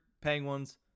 Penguins